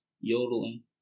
yodeling